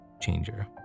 changer